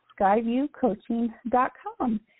skyviewcoaching.com